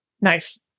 Nice